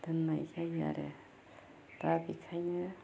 दोन्नाय जायो आरो दा बेखायनो